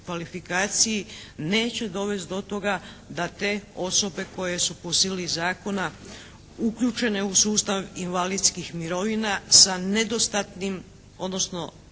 prekvalifikaciji neće dovesti do toga da te osobe koje su po sili zakona uključene u sustav invalidskih mirovina sa nedostatnim odnosno